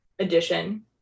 edition